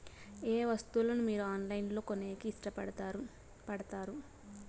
ఏయే వస్తువులను మీరు ఆన్లైన్ లో కొనేకి ఇష్టపడుతారు పడుతారు?